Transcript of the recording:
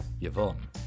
Yvonne